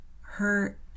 hurt